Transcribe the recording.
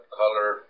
color